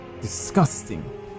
Disgusting